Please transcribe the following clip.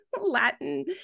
Latin